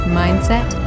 mindset